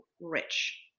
rich